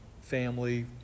family